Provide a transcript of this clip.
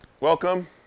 Welcome